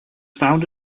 found